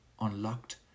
unlocked